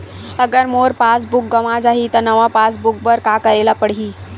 अगर मोर passbook गवां जाहि त नवा पास बुक बर का करे ल पड़हि?